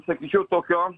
sakyčiau tokio